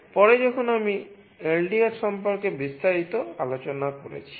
পরে যখন আমি LDR সম্পর্কে বিস্তারিত আলোচনা করেছি